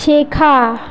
শেখা